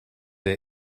der